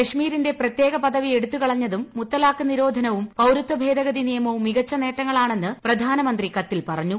കശ്മീരിന്റെ പ്രത്യേക പദവി എടുത്തു കളഞ്ഞതും മുത്തലാഖ് നിരോധനവും പൌരത്യ ഭേദഗതി നിയമവും മികച്ചു നേട്ടങ്ങളാണെന്ന് പ്രധാനമന്ത്രി കത്തിൽ പറഞ്ഞു